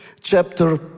chapter